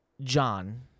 John